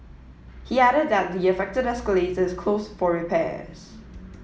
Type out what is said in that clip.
he added that the affected escalator is closed for repairs